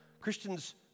Christians